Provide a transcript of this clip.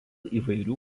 įvairių